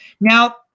Now